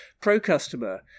pro-customer